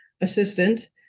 assistant